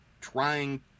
trying